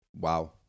wow